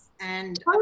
and-